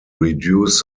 reduce